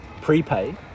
prepaid